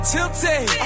Tilted